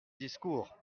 discours